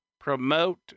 promote